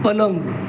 पलंग